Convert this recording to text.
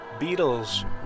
Beatles